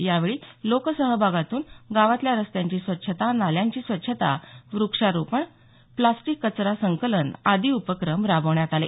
यावेळी लोकसहभागातून गावातल्या रस्त्यांची स्वच्छता नाल्यांची स्वच्छता वृक्षारोपण प्लास्टिक कचरा संकलन आदी उपक्रम राबवण्यात आले